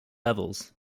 levels